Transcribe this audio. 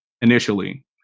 initially